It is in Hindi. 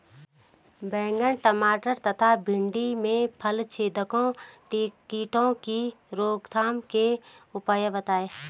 बैंगन टमाटर तथा भिन्डी में फलछेदक कीटों की रोकथाम के उपाय बताइए?